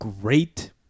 great